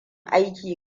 aiki